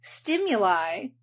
stimuli